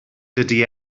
dydy